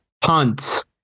Punt